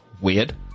weird